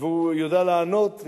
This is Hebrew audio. והוא יודע לענות,